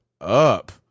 up